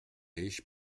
riche